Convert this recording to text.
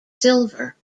silver